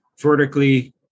vertically